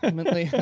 and maybe